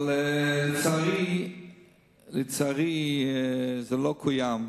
אבל לצערי זה לא קוים.